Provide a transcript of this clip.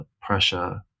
pressure